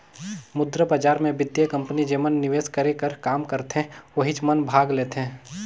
मुद्रा बजार मे बित्तीय कंपनी जेमन निवेस करे कर काम करथे ओहिच मन भाग लेथें